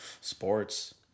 sports